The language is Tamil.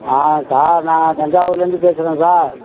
ஆ சார் நான் தஞ்சாவூர்லேருந்து பேசுகிறேன் சார்